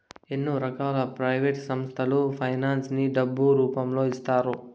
ఎన్నో రకాల ప్రైవేట్ సంస్థలు ఫైనాన్స్ ని డబ్బు రూపంలో ఇస్తాయి